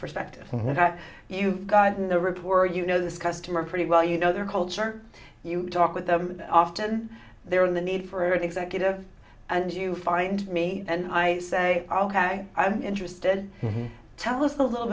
perspective and that you've gotten the report you know this customer pretty well you know their culture you talk with them often they're in the need for an executive and you find me and i say ok i'm interested tell us a little